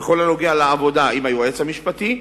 בכל הנוגע לעבודה עם היועץ המשפטי,